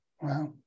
Wow